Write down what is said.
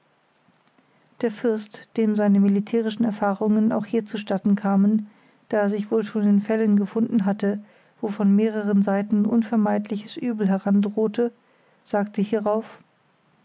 der fürst dem seine militärischen erfahrungen auch hier zustatten kamen da er sich wohl schon in fällen gefunden hatte wo von mehreren seiten unvermeidliches übel herandrohte sagte hierauf